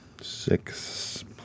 Six